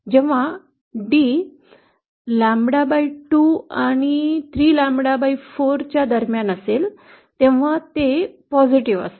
जेव्हा d lambda २ आणि 3 lambda 4 दरम्यान असते तेव्हा ते सकारात्मक असते